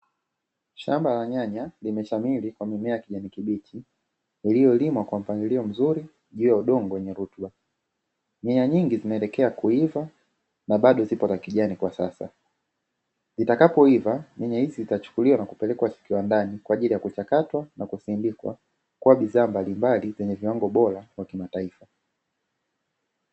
Shamba la nyanya limeshamili kwa mimea ya kijani kibichi, lililolimwa kwa mpangilio mzuri juu ya udongo wenye rutuba. Nyanya nyingi zikiwa zimeelekea kuiva na bado ziko za kijani kwa sasa, zitakapo iva nyanya hizi zitachukuliwa na kupelekwa kiwandani, kwa ajili ya kuchakatwa na kusindikwa kuwa bidhaa mbalimbali zenye viwango bora vya kimataifa.